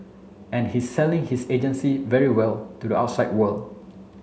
and he's selling his agency very well to the outside world